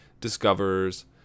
discovers